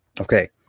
Okay